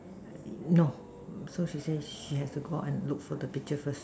I no so she said she has to go out and look for the picture first